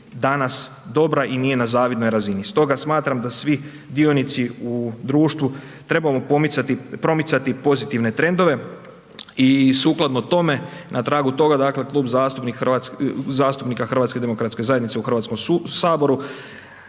danas dobra i nije na zavidnoj razini stoga smatram da svi dionici u društvu trebamo promicati pozitivne trendove i sukladno tome, na tragu toga dakle, Klub zastupnika HDZ-a u Hrvatskom saboru